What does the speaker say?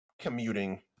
commuting